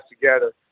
together